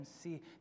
see